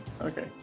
Okay